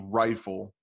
rifle